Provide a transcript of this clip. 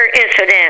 incident